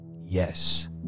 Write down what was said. Yes